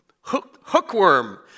hookworm